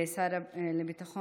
אין אף אחד.